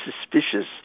suspicious